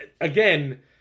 again